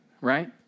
Right